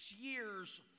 years